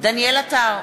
דניאל עטר,